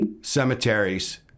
cemeteries